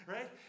Right